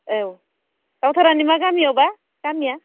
औ दावधारानि मा गामियावबा गामिया